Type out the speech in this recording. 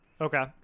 Okay